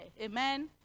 Amen